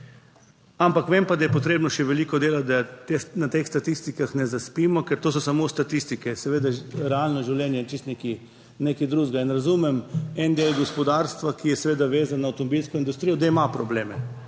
Ampak vem pa, da je potrebno še veliko delati, da na teh statistikah ne zaspimo, ker to so samo statistike, seveda realno življenje je čisto nekaj nekaj drugega. In razumem en del gospodarstva, ki je seveda vezan na avtomobilsko industrijo, da ima probleme,